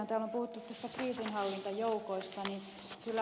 täällä on puhuttu näistä kriisinhallintajoukoista